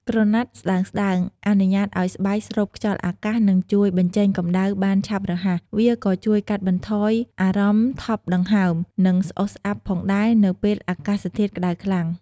ក្រណាត់ស្តើងៗអនុញ្ញាតឲ្យស្បែកស្រូបខ្យល់អាកាសនិងជួយបញ្ចេញកម្ដៅបានឆាប់រហ័ស វាក៏ជួយកាត់បន្ថយអារម្មណ៍ថប់ដង្ហើម និងស្អុះស្អាប់ផងដែរនៅពេលអាកាសធាតុក្តៅខ្លាំង។